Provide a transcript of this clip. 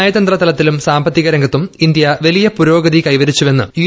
നയതന്ത്ര തലത്തിലും സാമ്പത്തിക രംഗത്തും ഇന്ത്യാ വലിയ പുരോഗതി കൈവരിച്ചുവെന്ന് യു